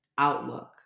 outlook